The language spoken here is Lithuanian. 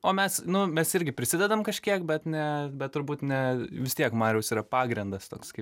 o mes nu mes irgi prisidedam kažkiek bet ne bet turbūt ne vis tiek mariaus yra pagrindas toks kaip